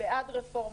בעד רפורמות,